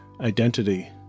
identity